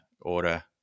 order